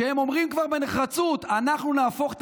שאומרים כבר בנחרצות: אנחנו נהפוך את